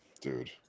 Dude